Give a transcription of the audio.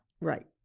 Right